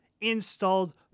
installed